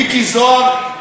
מיקי זוהר,